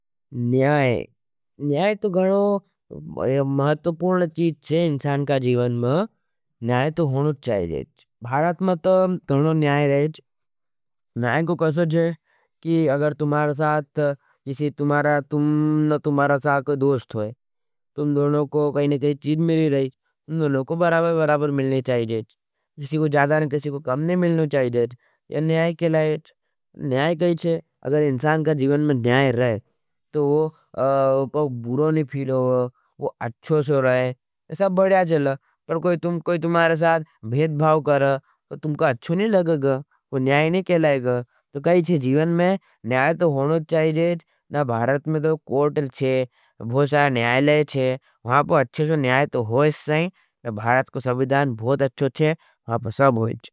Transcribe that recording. नियाय, नियाय तो गणो महतुपूर्ण चीज़ हज। इंसान का जीवन में, नियाय तो होनोँ चाहिए। भारत में तो गणो नियाय रहे हज। नियाय को कहते हजं कि अगर तुम्हारा साथ कोई दोस्त होई। तुम दोनों को कहने काई चीज़ मिल नहीं रहे, तुम दोनों को बराबर बराबर मिलने चाहिए। जिसी को ज़्यादा न किसी को कम नहीं मिलने चाहिए। यह नियाय के लिए हज। नियाय कहते हजं कि अगर इंसान का जिवन में नियाय रहे। तो वो बुरोनी फीड़ो हो, वो अच्छो सो रहे, सब बड़िया चले, पर कोई तुम, कोई तुम्हारा साथ भेद भाव कर, तो तुमका अच्छो नहीं लगेग, वो नियाय नहीं केलेग, तो कहते हजं कि जिव।